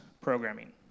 programming